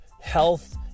health